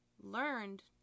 learned